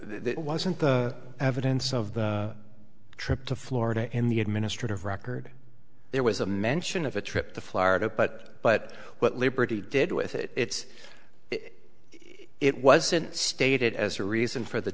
another wasn't the evidence of the trip to florida in the administrative record there was a mention of a trip to florida but but what liberty did with its it wasn't stated as a reason for the